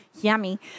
yummy